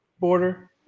Border